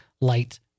light